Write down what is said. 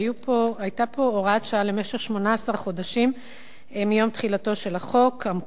שעה למשך 18 חודשים מיום תחילתו של החוק המקורי,